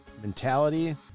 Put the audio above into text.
mentality